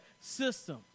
System